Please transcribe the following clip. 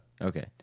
Okay